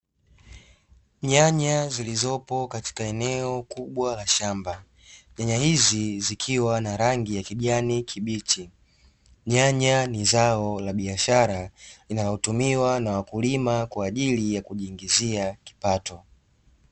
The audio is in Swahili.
Nyanya zilizokuwepo katika eneo kubwa la shamba. Nyanya hizi zikiwa na rangi ya kijani kibichi. Nyanya ni zao la biashara linalotumiwa na wakulima kwa ajili ya kujiingizia kipato.